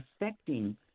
affecting